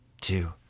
two